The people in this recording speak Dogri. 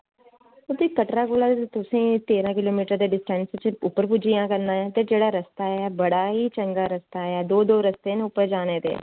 फिर कटरै कोला तुसें गी तेरां किलो मीटर दे डिस्टैंस पर उप्पर पुज्जी जा करना ऐ ते जेह्ड़ा रस्ता ऐ बड़ा गै चंगा रस्ता ऐ दो दो रस्ते न उप्पर जाने दे